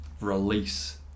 release